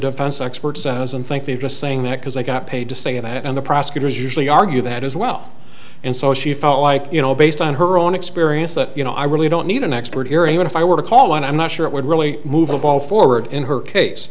defense expert says and think they're just saying that because they got paid to say it and the prosecutors usually argue that as well and so she felt like you know based on her own experience that you know i really don't need an expert here and even if i were to call on i'm not sure it would really move the ball forward in her case